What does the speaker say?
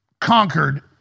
conquered